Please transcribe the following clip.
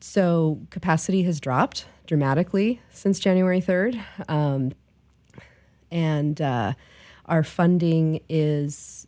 so capacity has dropped dramatically since january third and our funding is